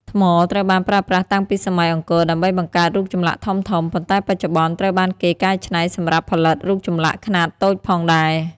ថ្ម ត្រូវបានប្រើប្រាស់តាំងពីសម័យអង្គរដើម្បីបង្កើតរូបចម្លាក់ធំៗ ប៉ុន្តែបច្ចុប្បន្នត្រូវបានគេកែច្នៃសម្រាប់ផលិតរូបចម្លាក់ខ្នាតតូចផងដែរ។